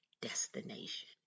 destination